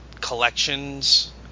collections